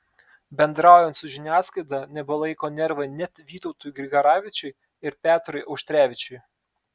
bendraujant su žiniasklaida nebelaiko nervai net vytautui grigaravičiui ir petrui auštrevičiui